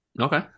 Okay